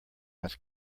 must